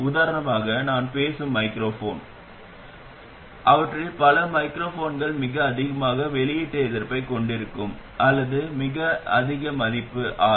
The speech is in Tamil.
உதாரணமாக நான் பேசும் மைக்ரோஃபோன் அவற்றில் பல மைக்ரோஃபோன்கள் மிக அதிக வெளியீட்டு எதிர்ப்பைக் கொண்டிருக்கும் அல்லது மிக அதிக மதிப்பு Rs